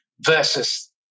versus